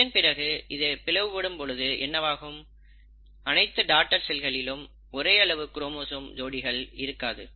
இதன் பிறகு இது பிளவு படும் பொழுது என்னவாகும் அனைத்து டாடர் செல்களிலும் ஒரே அளவு குரோமோசோம் ஜோடிகள் இருக்காது